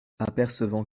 apercevant